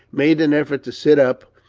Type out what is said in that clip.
made an effort to sit up,